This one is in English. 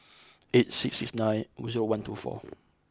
eight six six nine zero one two four